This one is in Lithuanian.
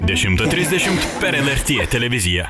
dešimtą trisdešimt per lrt televiziją